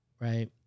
right